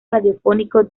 radiofónico